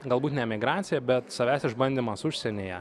galbūt ne emigracija bet savęs išbandymas užsienyje